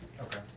Okay